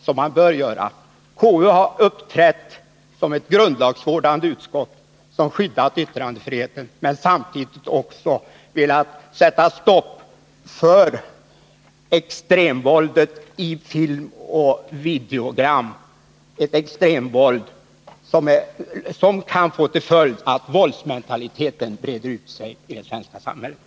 Konstitutionsutskottet har uppträtt som ett grundlagsvårdande utskott som skyddat yttrandefriheten men samtidigt velat sätta stopp för extremvåldet i film och videogram, ett extremvåld som kan få till följd att våldsmentaliteten breder ut sig i det svenska samhället.